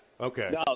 Okay